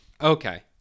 Okay